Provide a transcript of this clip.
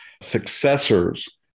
successors